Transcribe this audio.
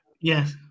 Yes